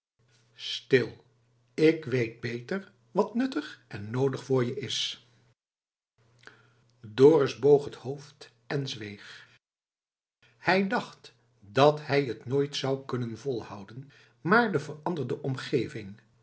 stil ik weet beter wat nuttig en noodig voor je is dorus boog het hoofd en zweeg hij dacht dat hij t nooit zou kunnen volhouden maar de veranderde omgeving